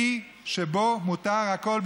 אי שבו מותר הכול,